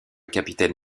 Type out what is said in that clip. capitaine